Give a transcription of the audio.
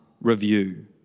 review